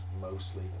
mostly